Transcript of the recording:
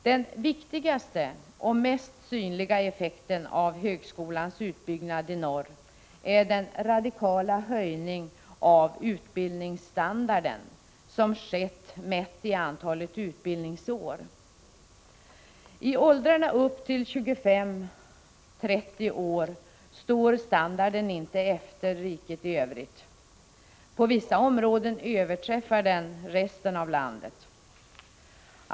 Den viktigaste och mest synliga effekten av högskolans utbyggnad i norr är den radikala höjning av utbildningsstandarden som skett, mätt i antalet utbildningsår. I åldrarna upp till 25-30 år står standarden inte efter standarden i övriga delar av riket. På vissa områden överträffar den t.o.m. standarden i andra delar av landet.